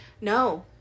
No